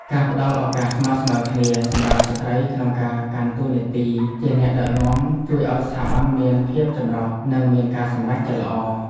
ការផ្តល់ឱកាសស្មើៗគ្នាសម្រាប់ស្ត្រីក្នុងការកាន់តួនាទីជាអ្នកដឹកនាំ ជួយឱ្យស្ថាប័នមានភាពចម្រុះនិងមានការសម្រេចចិត្តល្អ។